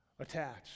attached